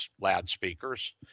loudspeakers